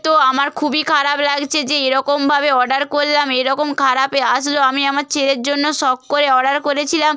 তো আমার খুবই খারাপ লাগছে যে এরকমভাবে অর্ডার করলাম এরকম খারাপ এ আসলো আমি আমার ছেলের জন্য শখ করে অর্ডার করেছিলাম